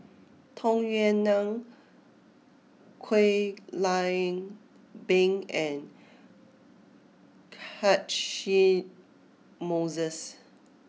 Tung Yue Nang Kwek Leng Beng and Catchick Moses